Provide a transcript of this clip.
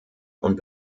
und